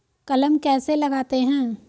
कलम कैसे लगाते हैं?